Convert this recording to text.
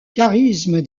charisme